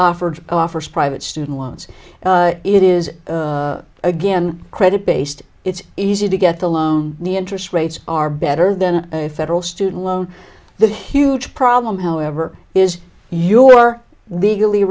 offered offers private student loans it is again credit based it's easy to get the loan the interest rates are better than federal student loan the huge problem however is your legally